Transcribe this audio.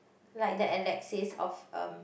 like the Alexsis of um